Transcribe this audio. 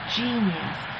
genius